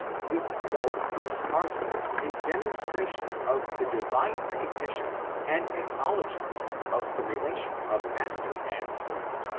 this is our first argument in demonstration of the divine recognition and acknowledg ment of the relation of master and servant,